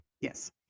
Yes